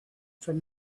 from